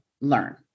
learn